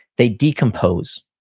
they decompose.